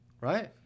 Right